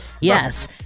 Yes